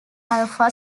alpha